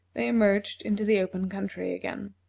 they emerged into the open country again.